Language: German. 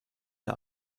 der